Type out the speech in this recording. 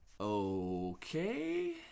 Okay